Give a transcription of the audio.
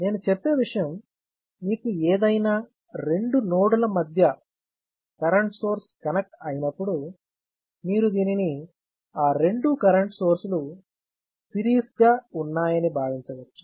నేను చెప్పే విషయం మీకు ఏదైనా రెండు నోడ్ల మధ్య కరెంట్ సోర్స్ కనెక్ట్ అయినప్పుడు మీరు దీనిని ఆ రెండు కరెంట్ సోర్స్ లు సిరీస్ గా ఉన్నాయని భావించవచ్చు